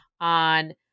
on